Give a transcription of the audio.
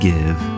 give